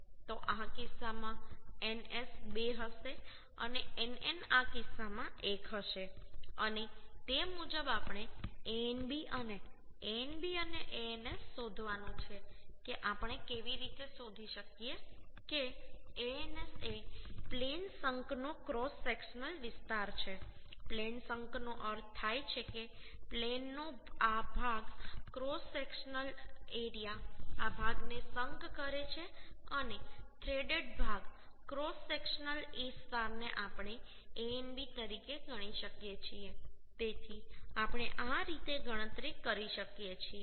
તો આ કિસ્સામાં ns 2 હશે અને nn આ કિસ્સામાં 1 હશે અને તે મુજબ આપણે Anb અને Anb અને Ans શોધવાનું છે કે આપણે કેવી રીતે શોધી શકીએ કે Ans એ પ્લેન શંકનો ક્રોસ સેક્શનલ વિસ્તાર છે પ્લેન શંકનો અર્થ થાય છે કે પ્લેનનો આ ભાગ ક્રોસ સેક્શનલ એરિયા આ ભાગને શંક કરે છે અને થ્રેડેડ ભાગ ક્રોસ સેક્શનલ વિસ્તારને આપણે Anb તરીકે ગણી શકીએ છીએ તેથી આપણે આ રીતે ગણતરી કરી શકીએ છીએ